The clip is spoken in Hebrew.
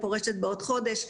אני פורשת בעוד חודש.